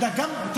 ואגב,